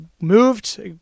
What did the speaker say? Moved